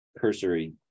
cursory